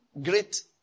great